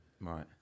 Right